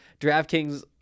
DraftKings